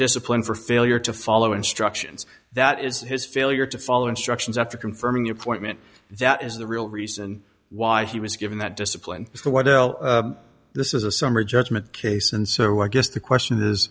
discipline for failure to follow instructions that is his failure to follow instructions after confirming your point that is the real reason why he was given that discipline is the one l this is a summary judgment case and so i guess the question is